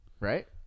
Right